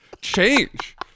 change